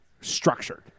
structured